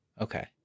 Okay